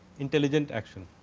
intelligent action.